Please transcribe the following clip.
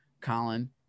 Colin